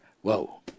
Whoa